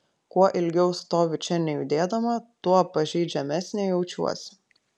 kuo ilgiau stoviu čia nejudėdama tuo pažeidžiamesnė jaučiuosi